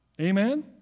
Amen